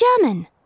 German